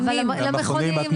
למכונים.